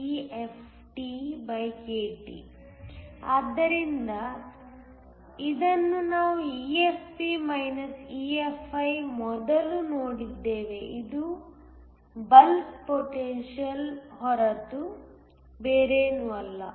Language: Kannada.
ಆದ್ದರಿಂದ ಇದನ್ನು ನಾವು EFP EFi ಮೊದಲು ನೋಡಿದ್ದೇವೆ ಇದು ಬಲ್ಕ್ ಪೊಟೆನ್ಶಿಯಲ್ ಹೊರತಾಗಿ ಬೇರೇನೂ ಅಲ್ಲ